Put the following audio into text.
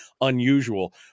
unusual